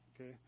Okay